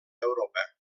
europa